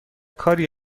کاری